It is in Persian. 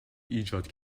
ایجاد